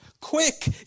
Quick